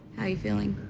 you feeling?